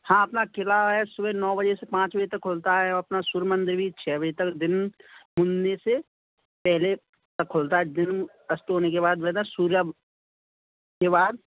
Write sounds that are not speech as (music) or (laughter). हाँ अपना क़िला है सुबह नौ बजे से पाँच बजे तक खुलता है ओ अपना सूर्य मंदिर भी छः बजे तक दिन उन्ने से पहले खुलता है दिन अस्त होने के बाद (unintelligible) सूर्या के बाद